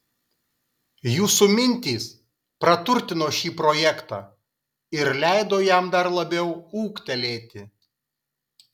jūsų mintys praturtino šį projektą ir leido jam dar labiau ūgtelėti